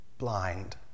blind